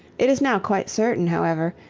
it is now quite certain, however,